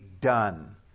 done